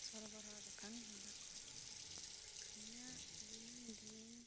ᱥᱚᱨᱵᱚᱨᱚᱫᱽ ᱟᱠᱟᱱ ᱢᱮᱱᱟᱜᱼᱟ ᱤᱧᱟᱹᱜ ᱫᱤᱱᱟᱹᱢ ᱫᱤᱱ